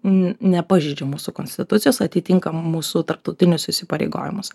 nepažeidžia mūsų konstitucijos atitinka mūsų tarptautinius įsipareigojimus